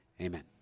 Amen